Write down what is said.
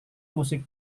musik